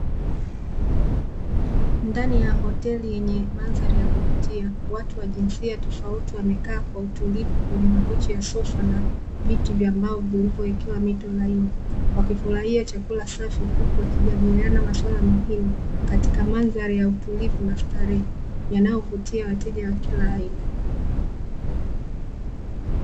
Ndani ya hoteli yenye mandhari ya kuvutia watu wa jinsia tofauti wamekaa kwa utulivu kwenye makochi ya sofa na viti vya mbao vilivyowekewa mito laini, wakifurahia chakula safi huku wakijadiliana masuala muhimu katika mandhari ya utulivu na starehe yanayovutia wateja wa kila aina.